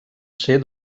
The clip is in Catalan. ser